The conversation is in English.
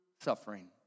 suffering